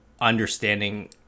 understanding